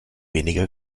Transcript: weniger